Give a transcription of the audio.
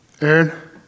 Aaron